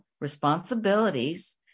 responsibilities